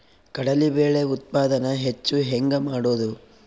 ಕಡಲಿ ಬೇಳೆ ಉತ್ಪಾದನ ಹೆಚ್ಚು ಹೆಂಗ ಮಾಡೊದು?